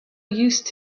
used